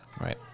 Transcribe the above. Right